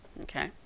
okay